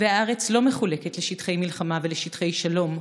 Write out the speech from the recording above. // והארץ לא מחולקת לשטחי מלחמה ולשטחי שלום.